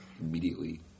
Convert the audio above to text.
immediately